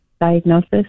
diagnosis